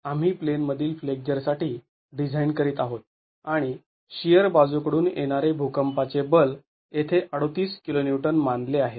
आम्ही प्लेनमधील फ्लेक्झरसाठी डिझाईन करीत आहोत आणि शिअर बाजू कडून येणारे भुकंपाचे बल येथे ३८ kN मानले आहे